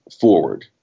forward